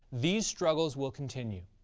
these struggles will continue.